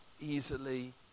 easily